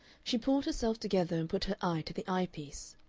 she pulled herself together and put her eye to the eye-piece.